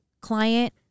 client